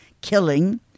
killing